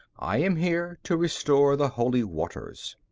i am here to restore the holy waters.